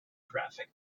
graphic